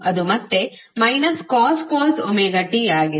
ಅದು ಮತ್ತೆ cos ωt ಆಗಿದೆ